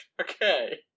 Okay